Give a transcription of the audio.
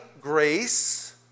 grace